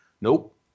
Nope